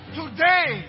today